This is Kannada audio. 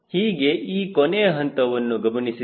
ಹೀಗೆ ಈ ಕೊನೆಯ ಹಂತವನ್ನು ಗಮನಿಸಿದಾಗ